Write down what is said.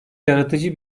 yaratıcı